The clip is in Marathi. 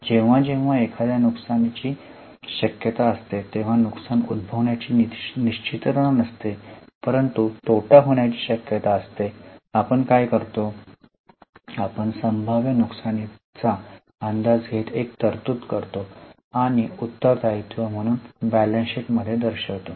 जेव्हा जेव्हा एखाद्या नुकसानाची शक्यता असते तेव्हा नुकसान उद्भवण्याची निश्चितता नसते परंतु तोटा होण्याची शक्यता असते आपण काय करतो आपण संभाव्य नुकसानीचा अंदाज घेत एक तरतूद करतो आणि उत्तरदायित्व म्हणून बैलन्स शीट मध्ये दर्शवितो